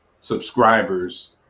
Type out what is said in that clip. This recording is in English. subscribers